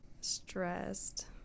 stressed